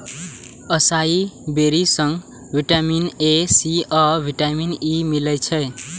असाई बेरी सं vitamin A, C आ विटामिन ई मिलै छै